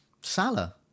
Salah